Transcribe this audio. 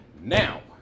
now